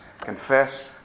Confess